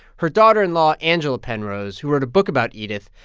her daughter-in-law angela penrose, who wrote a book about edith,